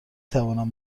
توانم